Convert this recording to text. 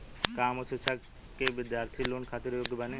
का हम उच्च शिक्षा के बिद्यार्थी लोन खातिर योग्य बानी?